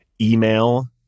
email